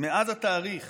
מאז התאריך